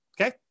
Okay